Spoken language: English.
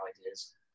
ideas